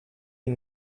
you